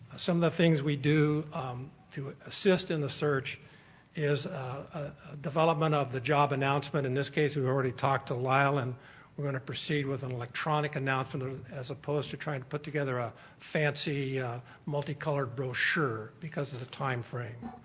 some of the things we do to assist in the search is ah development of the job announcement, in this case we've already talked to lyle and we're going to proceed with and electronic announcement as opposed to try and put together a fancy multicolored brochure because of the time frame.